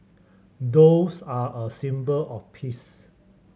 doves are a symbol of peace